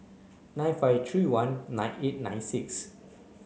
nine five three one nine eight nine six